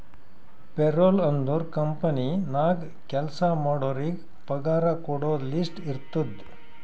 payroll ಅಂದುರ್ company ನಾಗ್ ಕೆಲ್ಸಾ ಮಾಡೋರಿಗ ಪಗಾರ ಕೊಡೋದು ಲಿಸ್ಟ್ ಇರ್ತುದ್